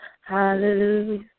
Hallelujah